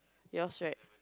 yours right